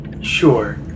Sure